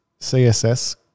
CSS